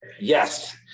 yes